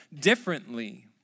differently